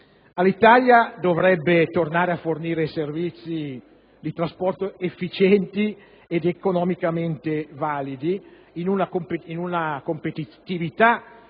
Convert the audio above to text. Alitalia dovrebbe tornare a fornire servizi di trasporto efficienti ed economicamente validi, in una condizione